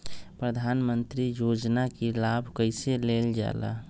प्रधानमंत्री योजना कि लाभ कइसे लेलजाला?